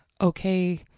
okay